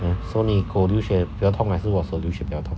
so 你狗流血比较痛还是我手流血比较痛